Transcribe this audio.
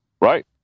Right